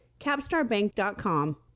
capstarbank.com